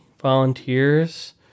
volunteers